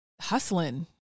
hustling